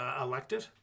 elected